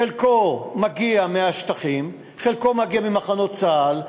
חלקו מגיע מהשטחים, חלקו מגיע ממחנות צה"ל.